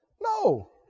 No